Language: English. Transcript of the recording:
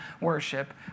worship